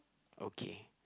okay